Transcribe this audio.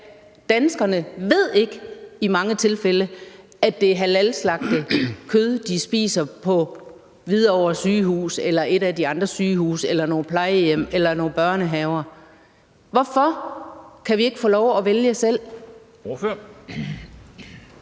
danskerne i mange tilfælde ikke ved, at det er halalslagtet kød, de spiser på Hvidovre Hospital eller et af de andre sygehuse eller på nogle plejehjem eller i nogle børnehaver. Hvorfor kan vi ikke få lov at vælge selv?